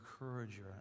encourager